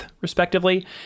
respectively